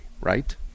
right